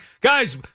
guys